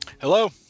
Hello